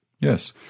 yes